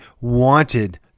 wanted